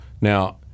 Now